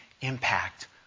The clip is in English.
impact